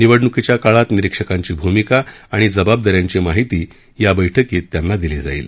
निवडणुकीच्या काळात निरीक्षकांची भूमिका आणि जबाबदाऱ्यांची माहिती या बैठकीत त्यांना दिली जाईल